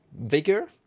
Vigor